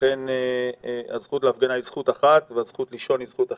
לכן הזכות להפגנה היא זכות אחת והזכות לישון היא זכות אחרת,